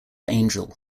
angel